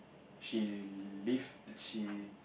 she live she